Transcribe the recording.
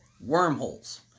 Wormholes